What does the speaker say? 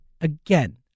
again